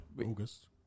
August